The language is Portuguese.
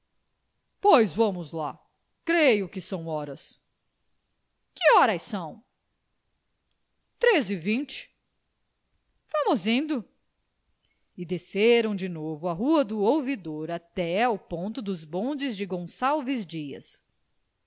pois vamos lá creio que são horas que horas são três e vinte vamos indo e desceram de novo a rua do ouvidor até ao ponto dos bondes de gonçalves dias